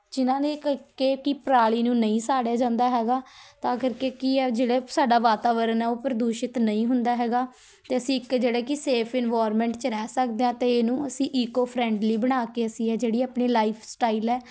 ਜਿਹਨਾਂ ਪਰਾਲੀ ਨੂੰ ਨਹੀਂ ਸਾੜਿਆ ਜਾਂਦਾ ਹੈਗਾ ਤਾਂ ਕਰਕੇ ਕੀ ਹੈ ਜਿਹੜੇ ਸਾਡਾ ਵਾਤਾਵਰਨ ਆ ਉਹ ਪ੍ਰਦੂਸ਼ਿਤ ਨਹੀਂ ਹੁੰਦਾ ਹੈਗਾ ਅਤੇ ਅਸੀਂ ਇੱਕ ਜਿਹੜੇ ਕਿ ਸੇਫ ਇਨਵਾਰਮੈਂਟ 'ਚ ਰਹਿ ਸਕਦੇ ਹਾਂ ਅਤੇ ਇਹਨੂੰ ਅਸੀਂ ਈਕੋ ਫਰੈਂਡਲੀ ਬਣਾ ਕੇ ਅਸੀਂ ਇਹ ਜਿਹੜੀ ਆਪਣੀ ਲਾਈਫ ਸਟਾਇਲ ਹੈ